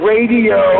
Radio